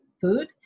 food